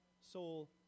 soul